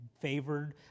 favored